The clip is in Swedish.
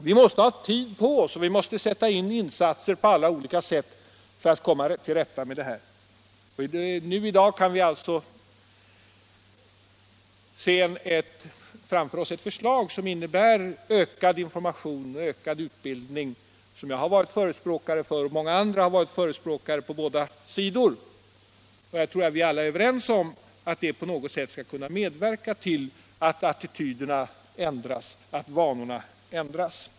Vi måste ha tid på oss, och vi måste vidta olika åtgärder för att komma till rätta med detta problem. I dag har vi alltså ett förslag om ökad information och ökad utbildning, något som jag — och många andra på båda sidor — har varit förespråkare för. Jag tror att vi alla är överens om att det skall kunna medverka till att attityderna och vanorna ändras.